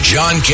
John